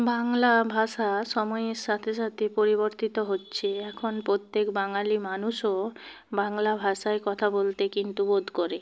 বাংলা ভাষা সময়ের সাথে সাথে পরিবর্তিত হচ্ছে এখন প্রত্যেক বাঙালি মানুষও বাংলা ভাষায় কথা বলতে কিন্তু বোধ করে